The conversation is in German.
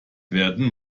werden